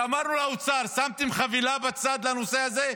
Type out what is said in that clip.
ואמרנו לאוצר: שמתם חבילה בצד לנושא הזה?